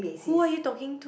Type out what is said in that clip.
who are you talking to